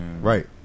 right